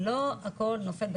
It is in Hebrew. לא הכול נופל,